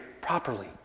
properly